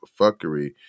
fuckery